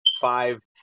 five